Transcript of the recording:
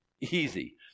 easy